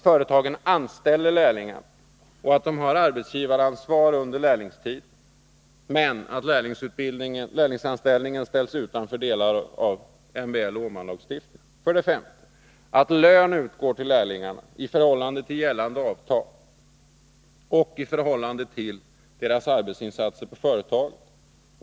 Företagen anställer lärlingarna och har arbetsgivaransvar under lärlingstiden. Lärlingsanställningen ställs utanför delar av MBL och Åmanlagstiftningen. 5. Lön utgår till lärlingarna i förhållande till gällande avtal och i förhållande till deras arbetsinsatser på företaget.